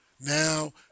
Now